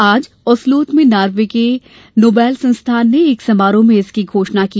आज ओस्लोत में नार्वे के नोबेल संस्थान ने एक समारोह में इसकी घोषणा की